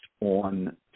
on